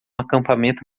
acampamento